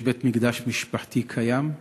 יש בית-מקדש משפחתי קיים,